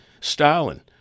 Stalin